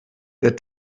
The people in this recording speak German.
der